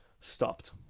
stopped